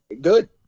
good